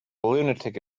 lunatic